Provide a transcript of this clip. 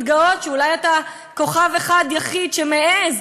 להתגאות שאולי אתה כוכב אחד יחיד שמעז,